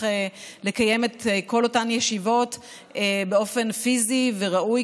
לקיים את כל אותן ישיבות באופן פיזי וראוי,